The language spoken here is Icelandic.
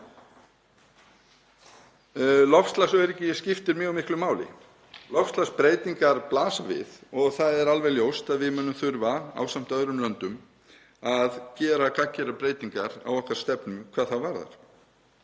Loftslagsöryggi skiptir mjög miklu máli. Loftslagsbreytingar blasa við og það er alveg ljóst að við munum þurfa, ásamt öðrum löndum, að gera gagngerar breytingar á okkar stefnu hvað það varðar.